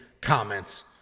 comments